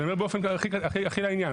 אני אומר באופן שהוא הכי לעניין.